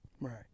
Right